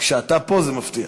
כשאתה פה, זה מפתיע.